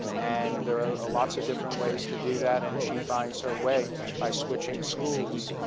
and there are lots of different ways to do that. and she finds her way by switching schools